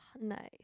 nice